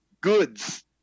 goods